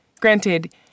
Granted